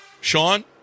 Sean